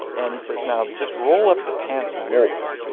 and he says, now just roll up the pants more.